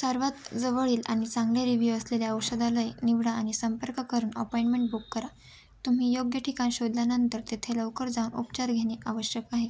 सर्वात जवळील आनि चांगले रिव्ह्यू असलेल्या औषधालय निवडा आनि संपर्क करून अपॉइंटमेंट बुक करा तुम्ही योग्य ठिकाण शोधल्यानंतर तेिथे लवकर जाऊन उपचार घेणे आवश्यक आहे